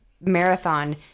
marathon